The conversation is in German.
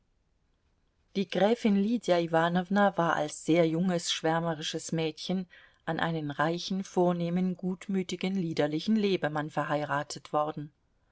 die gräfin lydia iwanowna war als sehr junges schwärmerisches mädchen an einen reichen vornehmen gutmütigen liederlichen lebemann verheiratet worden